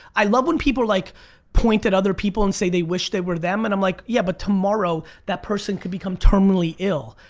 i love when people like point at other people and say, they wish they were them. and i'm like, yeah but tomorrow that person could become terminally ill.